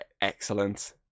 excellent